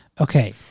Okay